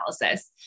analysis